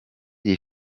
des